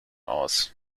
aus